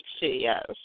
yes